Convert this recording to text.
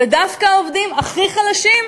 ודווקא העובדים הכי חלשים,